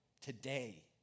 Today